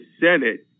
Senate